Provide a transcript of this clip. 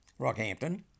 Rockhampton